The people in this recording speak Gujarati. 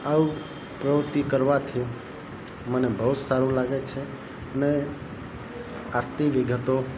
આવું પ્રવૃત્તિ કરવાથી મને બહુ જ સારું લાગે છે અને આટલી વિગતો